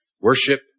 worship